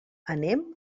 anem